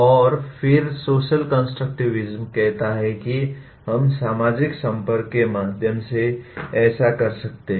और फिर social constructivism कहता है कि हम सामाजिक संपर्क के माध्यम से ऐसा कर सकते हैं